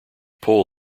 pull